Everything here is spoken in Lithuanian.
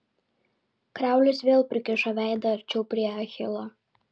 kraulis vėl prikišo veidą arčiau prie achilo